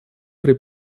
при